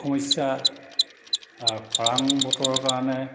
সমস্য়া খৰাং বতৰৰ কাৰণে